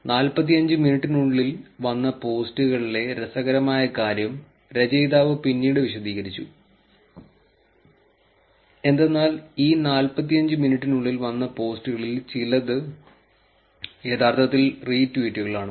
45 മിനിറ്റിനുള്ളിൽ വന്ന പോസ്റ്റുകളിലെ രസകരമായ കാര്യം രചയിതാവ് പിന്നീട് വിശദീകരിച്ചു എന്തെന്നാൽ ഈ 45 മിനിറ്റിനുള്ളിൽ വന്ന പോസ്റ്റുകളിൽ ചിലത് യഥാർത്ഥത്തിൽ റീട്വീറ്റുകളാണ്